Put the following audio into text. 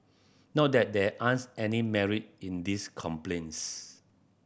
not that there aren't any merit in these complaints